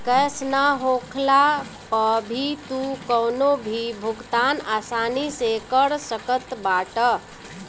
cash ना होखला पअ भी तू कवनो भी भुगतान आसानी से कर सकत बाटअ